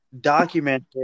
documented